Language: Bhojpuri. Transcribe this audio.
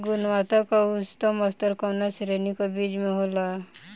गुणवत्ता क उच्चतम स्तर कउना श्रेणी क बीज मे होला?